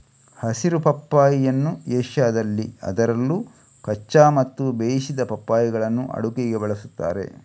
ಹಸಿರು ಪಪ್ಪಾಯಿಯನ್ನು ಏಷ್ಯಾದಲ್ಲಿ ಅದರಲ್ಲೂ ಕಚ್ಚಾ ಮತ್ತು ಬೇಯಿಸಿದ ಪಪ್ಪಾಯಿಗಳನ್ನು ಅಡುಗೆಗೆ ಬಳಸುತ್ತಾರೆ